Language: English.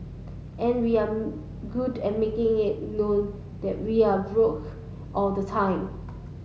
and we're good at making it known that we are broke all the time